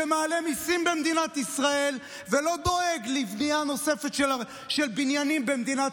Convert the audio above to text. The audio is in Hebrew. שמעלה מיסים במדינת ישראל ולא דואג לבנייה נוספת של בניינים במדינת